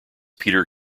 peter